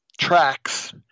tracks